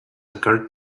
occurred